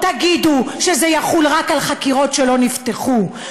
תגידו שזה יחול רק על החקירות שלא נפתחו,